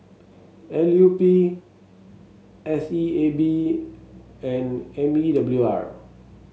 L U P S E A B and M E W R